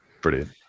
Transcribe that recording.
Brilliant